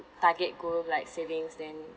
target goal like savings then